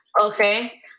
Okay